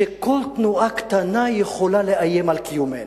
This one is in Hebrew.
שכל תנועה קטנה יכולה לאיים על קיומנו.